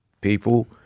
people